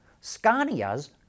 Scania's